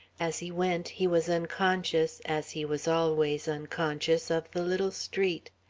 as he went he was unconscious, as he was always unconscious, of the little street.